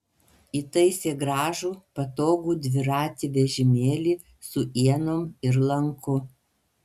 įtaisė gražų patogų dviratį vežimėlį su ienom ir lanku